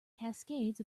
cascades